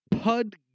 Pud